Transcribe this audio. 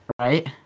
Right